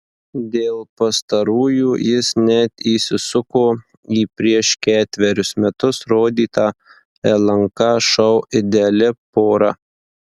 dėl pastarųjų jis net įsisuko į prieš ketverius metus rodytą lnk šou ideali pora